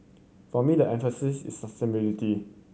for me the emphasis is sustainability